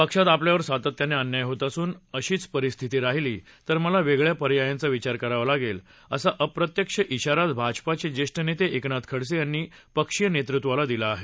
पक्षात आपल्यावर सातत्याने अन्याय होत असून अशीचपरिस्थिती राहीली तर मला वेगळ्या पर्यायांचा विचार करावा लागेल असा अप्रत्यक्ष इशाराच भाजपाचे ज्येष्ठ नेते एकनाथ खडसे यांनी पक्षीय नेतुत्वाला दिला आहे